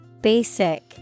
Basic